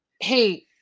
Hey